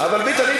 אבל ביטן,